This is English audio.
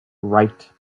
wright